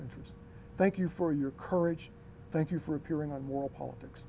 interest thank you for your courage thank you for appearing on war politics